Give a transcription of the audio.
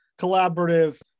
collaborative